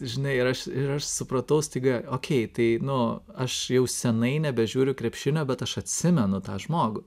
žinai ir aš ir aš supratau staiga okei tai nu aš jau senai nebežiūriu krepšinio bet aš atsimenu tą žmogų